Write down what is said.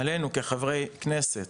עלינו כחברי כנסת